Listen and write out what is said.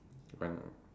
when